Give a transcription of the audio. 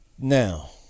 now